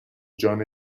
جان